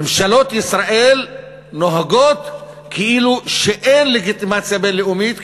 ממשלות ישראל נוהגות כאילו אין לגיטימציה בינלאומית,